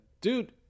dude